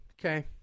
okay